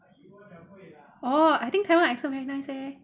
oh I think taiwan accent very nice leh